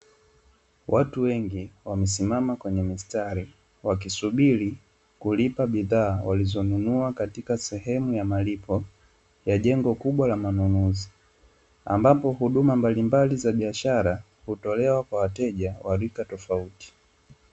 Watu wengi wamesimama kwenye mistari wakisubiri kulipa bidhaa walizonunua katika sehemu ya malipo ya jengo kubwa la manunuzi, ambapo huduma mbalimbali za biashara hutolewa kwa wateja wa rika tofauti.